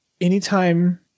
anytime